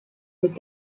mit